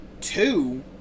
Two